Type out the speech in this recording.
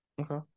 okay